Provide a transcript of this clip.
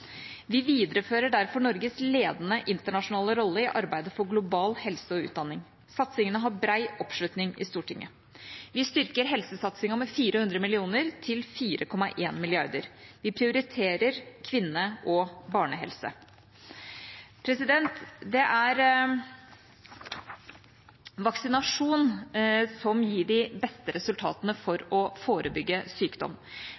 Vi viderefører derfor Norges ledende internasjonale rolle i arbeidet for global helse og utdanning. Satsingene har bred oppslutning i Stortinget. Vi styrker helsesatsingen med 400 mill. kr til 4,1 mrd. kr. Vi prioriterer kvinne- og barnehelse. Det er vaksinasjon som gir de beste resultatene